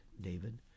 David